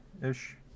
Ish